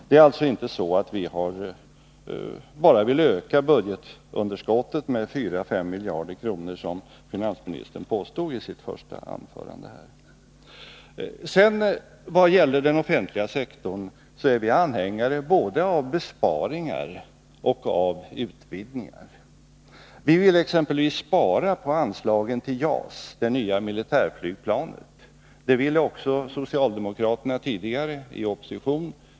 Vi vill alltså inte öka budgetunderskottet med 4-5 miljarder kronor, som finansministern påstod i sitt första anförande. Vad gäller den offentliga sektorn är vi anhängare både av besparingar och av utvidgningar. Vi vill exempelvis spara på anslagen till JAS, det nya militärflygplanet. Det ville också socialdemokraterna tidigare, när de var i opposition.